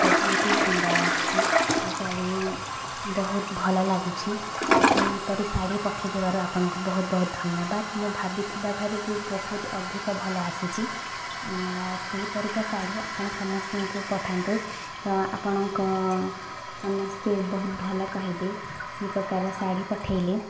ବହୁତ ହିଁ ସୁନ୍ଦର ଆସିଛି ସେ ଶାଢ଼ୀ ବହୁତ ଭଲ ଲାଗୁଛି ଓ ସେହିପରି ଶାଢ଼ୀ ପଠେଇ ଥିବାରୁ ଆପଣଙ୍କୁ ବହୁତ ବହୁତ ଧନ୍ୟବାଦ୍ ମୁଁ ଭାବିଥିବା ଠାରୁ ବି ବହୁତ ଅଧିକ ଭଲ ଆସିଛି ସେହିପରିକା ଶାଢ଼ୀ ଆପଣ ସମସ୍ତଙ୍କୁ ପଠାନ୍ତୁ ତ ଆପଣଙ୍କୁ ସମସ୍ତେ ବହୁତ ଭଲ କହିବେ ସେହି ପ୍ରକାରର ଶାଢ଼ୀ ପଠେଇଲେ